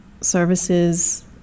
services